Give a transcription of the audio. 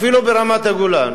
אפילו ברמת-הגולן